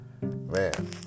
man